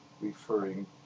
referring